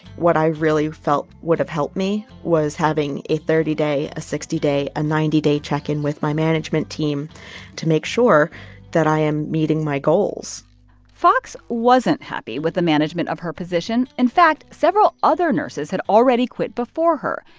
what i really felt would have helped me was having a thirty day, a sixty day, a ninety day check-in with my management team to make sure that i am meeting my goals fox wasn't happy with the management of her position. in fact, several other nurses had already quit before her,